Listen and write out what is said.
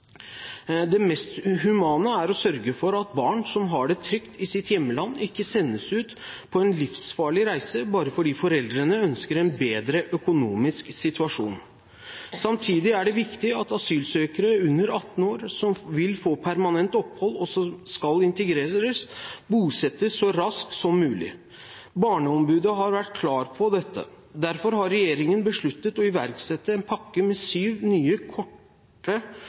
Det mest humane er å sørge for at barn som har det trygt i sitt hjemland, ikke sendes ut på en livsfarlig reise bare fordi foreldrene ønsker en bedre økonomisk situasjon. Samtidig er det viktig at asylsøkere under 18 år som vil få permanent opphold, og som skal integreres, bosettes så raskt som mulig. Barneombudet har vært klar på dette. Derfor har regjeringen besluttet å iverksette en pakke med syv nye,